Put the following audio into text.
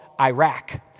Iraq